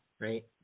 right